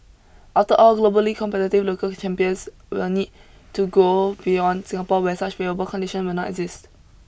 after all globally competitive local champions will need to grow beyond Singapore where such favourable condition will not exist